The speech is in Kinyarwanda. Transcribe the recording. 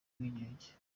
ubwigenge